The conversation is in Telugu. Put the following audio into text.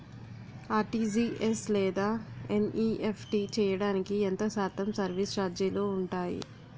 ఆర్.టీ.జీ.ఎస్ లేదా ఎన్.ఈ.ఎఫ్.టి చేయడానికి ఎంత శాతం సర్విస్ ఛార్జీలు ఉంటాయి?